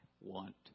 want